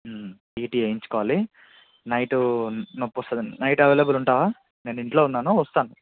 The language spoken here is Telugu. టిటి వేయించుకోవాలి నైట్ నొప్పి వస్తుందని నైట్ అవైలబుల్ ఉంటావా నేను ఇంట్లో ఉన్నాను వస్తాను